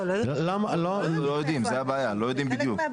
לא יודעים, זה בעיה, לא יודעים בדיוק.